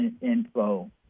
info